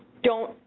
don't,